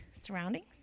surroundings